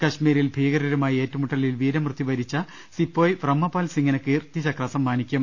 കശ്മീരിൽ ഭീകരരുമായി ഏറ്റുമുട്ടലിൽ വീരമൃത്യും വരിച്ച സിപ്പോയി വ്രഹ്മപാൽ സിംഗിന് കീർത്തിചക്ര സമ്മാനി ക്കും